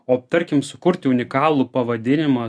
o tarkim sukurti unikalų pavadinimą